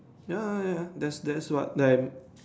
ya ya ya that's that's what them